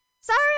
Sorry